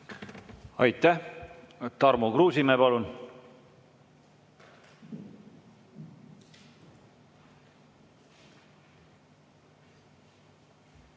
Aitäh! Tarmo Kruusimäe, palun!